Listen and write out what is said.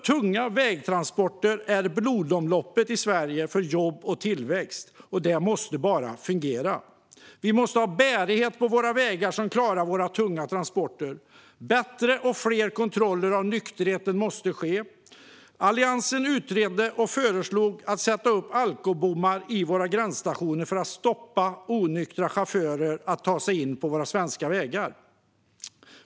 Tunga vägtransporter är blodomloppet för jobb och tillväxt i Sverige. De måste fungera. Bärigheten på vägarna måste klara tunga transporter. Det måste ske fler och bättre kontroller av nykterheten. Alliansen har tidigare utrett och föreslagit att alkobommar ska sättas upp vid våra gränsstationer för att stoppa onyktra chaufförer från att ta sig in på våra svenska vägar.